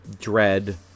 Dread